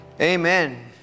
Amen